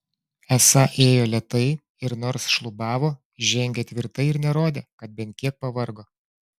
esą ėjo lėtai ir nors šlubavo žengė tvirtai ir nerodė kad bent kiek pavargo